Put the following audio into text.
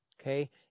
Okay